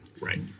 Right